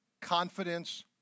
confidence